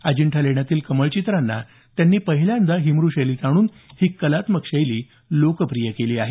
अजिंठा लेण्यांतील कमळचित्रांना त्यांनी पहिल्यांदा हिमरू शैलीत आणून ही कलात्मक शैली लोकप्रिय केली आहे